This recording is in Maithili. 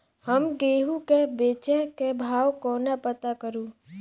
हम गेंहूँ केँ बेचै केँ भाव कोना पत्ता करू?